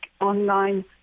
online